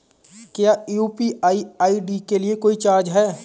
क्या UPI ID के लिए कोई चार्ज है?